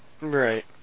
Right